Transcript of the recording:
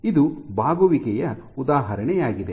ಇದು ಬಾಗುವಿಕೆಯ ಉದಾಹರಣೆಯಾಗಿದೆ